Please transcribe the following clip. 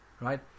Right